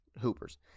hoopers